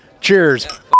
Cheers